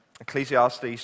Ecclesiastes